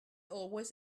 always